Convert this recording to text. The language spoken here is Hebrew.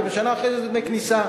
ובשנה אחרי זה זה דמי כניסה.